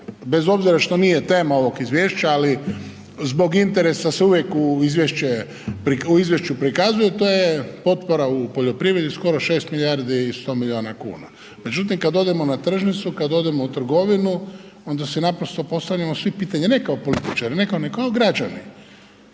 bez obzira što nije tema ovog izvješća ali zbog interesa se uvijek u izvješću prikazuje, to je potpora u poljoprivredi skoro 6 milijardi i 100 milijuna kuna međutim kad odemo na tržnicu, kad odemo u trgovinu, onda se naprosto postavimo svi pitanje ne kao političar, ne, kao građani